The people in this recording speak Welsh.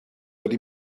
wedi